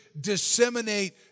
disseminate